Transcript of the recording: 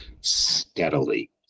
steadily